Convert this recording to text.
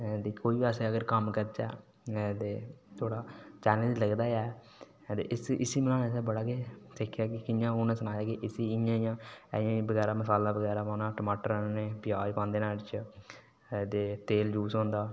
दिक्खो जी कोई बी अस अगर कम्म करचै ते थोह्ड़ा चेलैंज ते लगदा गै ते इसी बनाने आस्तै बड़ा किश सिक्खेआ की उ'नें सनाया कि उसी इं'या इं'या एह् मसाला बगैरा पौना प्याज बनांदे नुहाड़े च ते तेल यूज़ होंदा